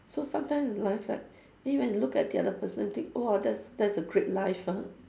so sometimes in life right you may look at the other person think !wah! that's that's a great life ah